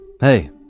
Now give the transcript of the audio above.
Hey